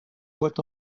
boîtes